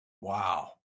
Wow